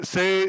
Say